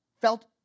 felt